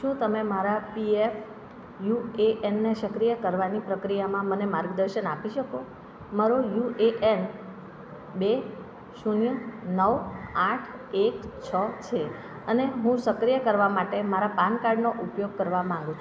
શું તમે મારા પી એફ યુ એ એનને સક્રિય કરવાની પ્રક્રિયામાં મને માર્ગદર્શન આપી શકો મારો યુ એ એન બે શૂન્ય નવ આઠ એક છ છે અને હું સક્રિય કરવા માટે મારા પાન કાર્ડનો ઉપયોગ કરવા માંગુ છું